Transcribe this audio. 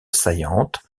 saillante